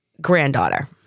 Granddaughter